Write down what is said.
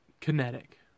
kinetic